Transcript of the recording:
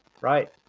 right